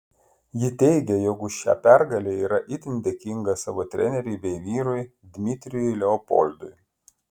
ji teigia jog už šią pergalę yra itin dėkinga savo treneriui bei vyrui dmitrijui leopoldui